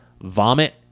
vomit